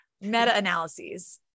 Meta-analyses